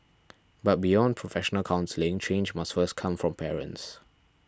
but beyond professional counselling change must first come from parents